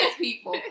people